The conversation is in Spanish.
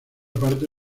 parte